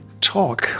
Talk